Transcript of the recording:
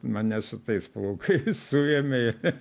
mane su tais plaukais suėmė